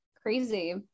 crazy